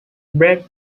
bread